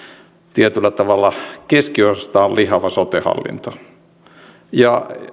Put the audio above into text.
tietyllä tavalla keskiosastaan lihava ja